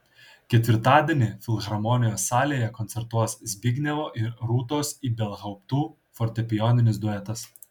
ketvirtadienį filharmonijos salėje koncertuos zbignevo ir rūtos ibelhauptų fortepijoninis duetas